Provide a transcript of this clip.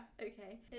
okay